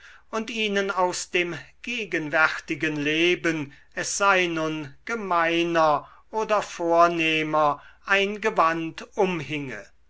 und ihnen aus dem gegenwärtigen leben es sei nun gemeiner oder vornehmer ein gewand umhinge